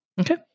Okay